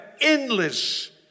endless